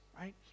right